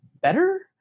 better